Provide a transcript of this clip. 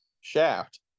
shaft